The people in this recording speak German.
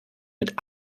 mit